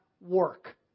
work